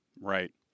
Right